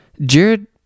Jared